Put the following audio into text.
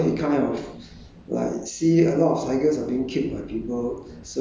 he has he has a heart for the tiger so he kind of